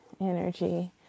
energy